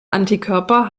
antikörper